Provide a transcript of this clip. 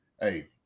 hey